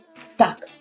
stuck